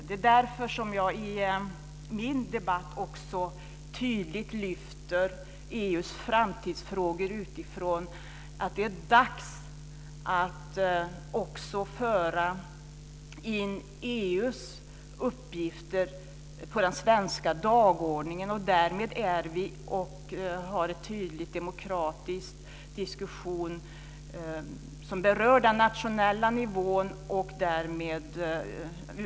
Det är också därför som jag i min debatt tydligt lyfter fram EU:s framtidsfrågor utifrån det faktum att det är dags att också föra in EU:s uppgifter på den svenska dagordningen. Därmed för vi en tydligt demokratisk diskussion som berör den nationella nivån.